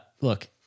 Look